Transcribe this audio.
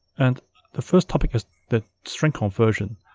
and the first topic is the string conversion.